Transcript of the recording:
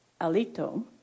Alito